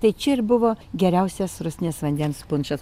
tai čia ir buvo geriausias rusnės vandens punšas